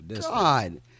god